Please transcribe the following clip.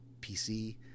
PC